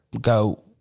go